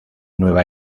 nueva